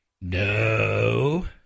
No